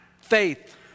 faith